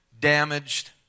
damaged